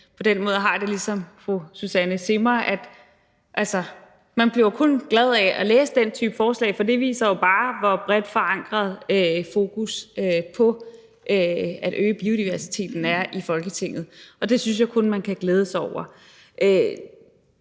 På den måde har jeg det ligesom fru Susanne Zimmer, i forhold til at man jo kun bliver glad af at læse den type forslag, for det viser jo bare, hvor bredt forankret fokusset på at øge biodiversiteten er i Folketinget, og det synes jeg kun at man kan glæde sig over.